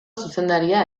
zuzendaria